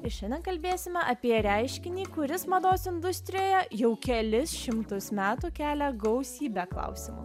ir šiandien kalbėsime apie reiškinį kuris mados industrijoje jau kelis šimtus metų kelia gausybę klausimų